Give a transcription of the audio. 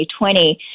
2020